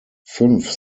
fünf